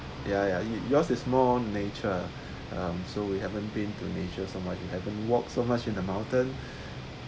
ya ya yo~ yours is more nature um so we haven't been to nature so much you haven't walk so much in the mountain